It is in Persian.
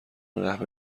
قهوه